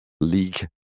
league